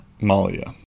Malia